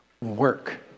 work